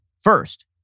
First